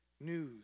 news